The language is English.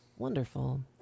wonderful